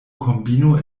kombino